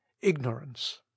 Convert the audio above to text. Ignorance